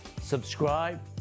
subscribe